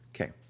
Okay